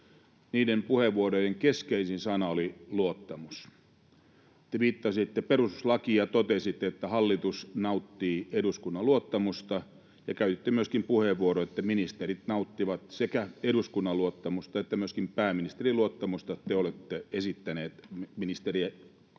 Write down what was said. Niiden puheenvuorojen keskeisin sana oli luottamus. Te viittasitte perustuslakiin ja totesitte, että hallitus nauttii eduskunnan luottamusta, ja käytitte myöskin puheenvuoron, että ministerit nauttivat sekä eduskunnan luottamusta että myöskin pääministerin luottamusta ja te olette esittäneet koko ministerikuntanne.